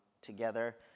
together